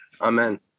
Amen